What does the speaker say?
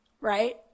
right